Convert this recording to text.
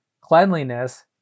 cleanliness